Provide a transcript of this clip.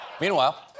Meanwhile